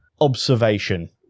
observation